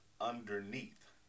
underneath